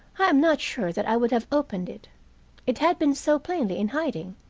i am not sure that i would have opened it it had been so plainly in hiding,